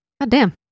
Goddamn